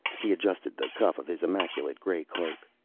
he adjusted the cuff of his immaculate gray cloak.